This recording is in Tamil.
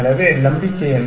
எனவே நம்பிக்கை என்ன